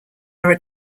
are